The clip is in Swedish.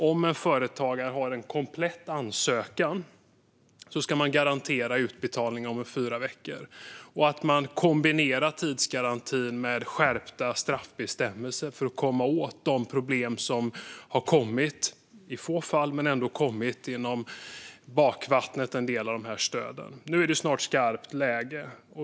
Om en företagare har en komplett ansökan ska man garantera utbetalning inom fyra veckor. Man ska kombinera tidsgarantin med skärpta straffbestämmelser för att komma åt de problem som har uppkommit i bakvattnet av stöden. Nu är det snart skarpt läge.